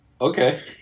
okay